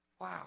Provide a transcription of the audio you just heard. Wow